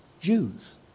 Jews